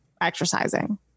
exercising